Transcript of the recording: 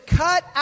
cut